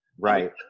Right